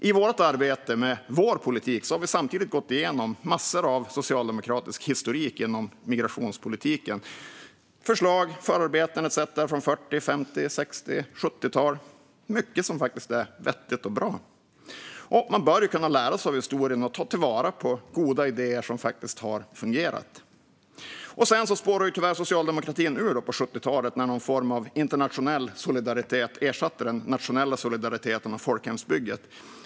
I vårt arbete med vår politik har vi gått igenom massor av socialdemokratisk historik i migrationspolitiken - förslag, förarbeten etcetera från 40, 50, 60 och 70-talen. Det är faktiskt mycket som är vettigt och bra. Man bör kunna lära sig av historien och ta vara på goda idéer som faktiskt har fungerat. Sedan spårade socialdemokratin tyvärr ur på 70-talet, när någon form av internationell solidaritet ersatte den nationella solidariteten och folkhemsbygget.